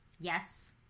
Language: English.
Yes